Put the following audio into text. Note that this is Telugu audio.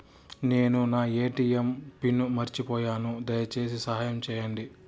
నేను నా ఎ.టి.ఎం పిన్ను మర్చిపోయాను, దయచేసి సహాయం చేయండి